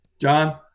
John